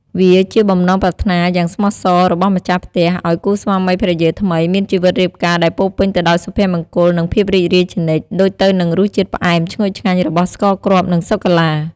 វាជាបំណងប្រាថ្នាយ៉ាងស្មោះសររបស់ម្ចាស់ផ្ទះ ឲ្យគូស្វាមីភរិយាថ្មីមានជីវិតរៀបការដែលពោរពេញទៅដោយសុភមង្គល និងភាពរីករាយជានិច្ច ដូចទៅនឹងរសជាតិផ្អែមឈ្ងុយឆ្ងាញ់របស់ស្ករគ្រាប់ និងសូកូឡា។